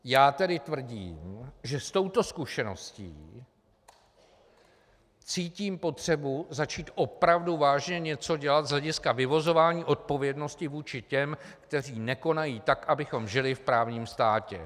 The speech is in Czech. Já tedy tvrdím, že s touto zkušeností cítím potřebu začít opravdu vážně něco dělat z hlediska vyvozování odpovědnosti vůči těm, kteří nekonají tak, abychom žili v právním státě.